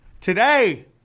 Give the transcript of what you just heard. today